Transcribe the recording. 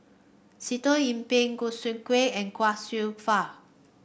Sitoh Yih Pin Choo Seng Quee and Chia Kwek Fah